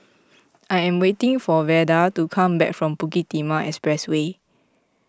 I am waiting for Veda to come back from Bukit Timah Expressway